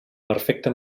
perfecte